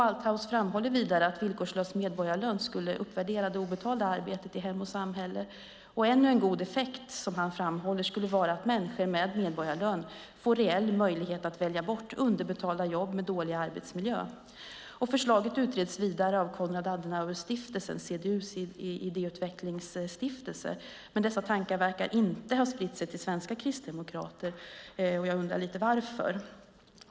Althaus framhåller vidare att villkorslös medborgarlön skulle uppvärdera det obetalda arbetet i hem och samhälle. Ännu en god effekt som han framhåller skulle vara att människor med medborgarlön för reell möjlighet att välja bort underbetalda jobb med dålig arbetsmiljö. Förslaget utreds vidare av Konrad Adenauer-stiftelsen, CDU:s idéutvecklingsstiftelse. Dessa tankar verkar inte har spritt sig till svenska kristdemokrater. Jag undrar lite varför.